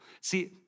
See